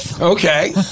Okay